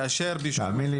כאשר --- תאמין לי,